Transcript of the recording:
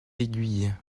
aiguilles